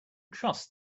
trust